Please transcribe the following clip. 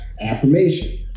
affirmation